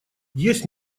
есть